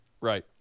Right